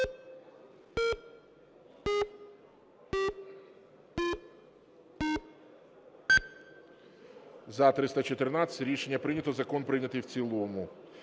За-314 Рішення прийнято. Закон пройнятий в цілому.